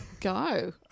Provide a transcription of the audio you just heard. Go